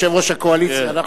יושב-ראש הקואליציה.